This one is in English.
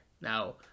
Now